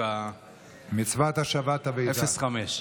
דווקא 0.5,